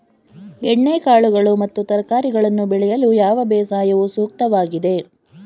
ಎಣ್ಣೆಕಾಳುಗಳು ಮತ್ತು ತರಕಾರಿಗಳನ್ನು ಬೆಳೆಯಲು ಯಾವ ಬೇಸಾಯವು ಸೂಕ್ತವಾಗಿದೆ?